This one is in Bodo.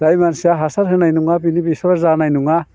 जाय मानसिया हासार होनाय नङा बिनि बेसरआ जानाय नङा